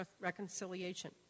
reconciliation